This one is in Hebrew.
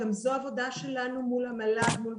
גם זו עבודה שלנו מול המל"ג ומול